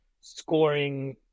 scoring